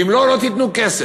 ואם לא, לא תיתנו כסף.